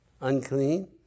unclean